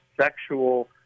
sexual